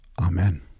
Amen